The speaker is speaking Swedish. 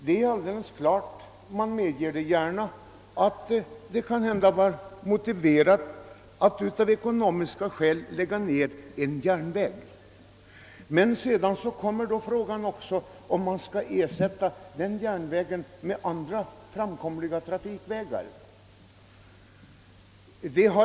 Det är alldeles klart — jag medger det gärna — att det kan vara motiverat att av ekonomiska skäl lägga ned en järnväg. Men då är frågan hur man skall ersätta den järnvägen med andra framkomliga trafikvägar.